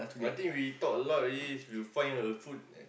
I think we talk a lot already we will find the food that